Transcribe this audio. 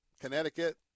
Connecticut